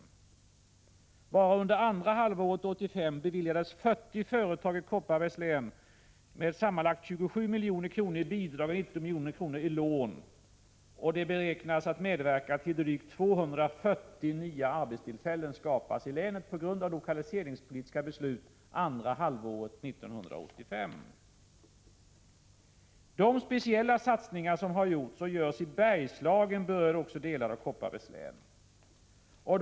Bara under andra halvåret 1985 beviljades 40 företag i Kopparbergs län sammanlagt 27 milj.kr. i bidrag och 19 milj.kr. i lån, och de beräknas medverka till att drygt 240 nya arbetstillfällen skapas i länet på grund av lokaliseringspolitiska beslut andra halvåret 1985. De speciella satsningar som har gjorts och görs i Bergslagen berör också delar av Kopparbergs län.